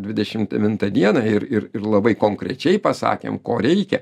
dvidešim devintą dieną ir ir ir labai konkrečiai pasakėm ko reikia